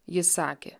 jis sakė